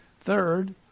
Third